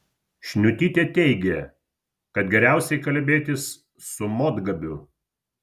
šniutytė teigė kad geriausiai kalbėtis su motgabiu